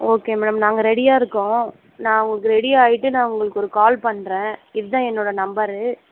okay madam நாங்கள் ரெடியாக இருக்கோம் நான் உங்களுக்கு ரெடி ஆகிட்டு நான் உங்களுக்கு ஒரு கால் பண்றேன் இதுதான் என்னோட நம்பரு